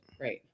Right